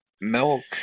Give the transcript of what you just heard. milk